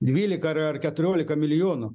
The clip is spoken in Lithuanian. dvylika ar ar keturiolika milijonų